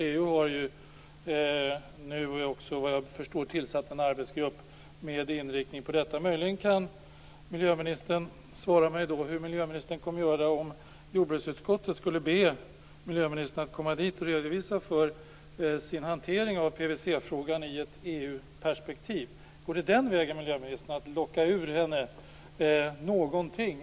Såvitt jag förstår har EU tillsatt en arbetsgrupp med inriktning på detta. Kan miljöministern svara på hur hon skulle göra om jordbruksutskottet skulle be henne att komma dit och redovisa sin hantering av PVC-frågan i ett EU perspektiv? Går det att den vägen locka ur miljöministern någonting?